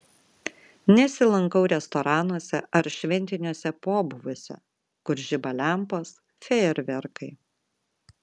nesilankau restoranuose ar šventiniuose pobūviuose kur žiba lempos fejerverkai